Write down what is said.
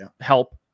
help